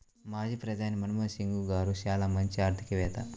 మాజీ ప్రధాని మన్మోహన్ సింగ్ గారు చాలా మంచి ఆర్థికవేత్త